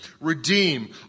redeem